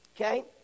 Okay